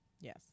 Yes